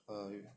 oh